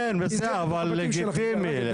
כן, אבל לגיטימי.